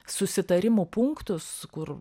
susitarimo punktus kur